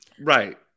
Right